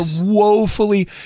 woefully